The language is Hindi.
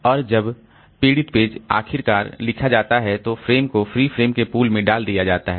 और जब पीड़ित पेज आखिरकार लिखा जाता है तो फ्रेम को फ्री फ्रेम के पूल में डाल दिया जाता है